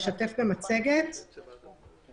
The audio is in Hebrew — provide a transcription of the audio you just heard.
אתייחס לדברי פרופסור סדצקי: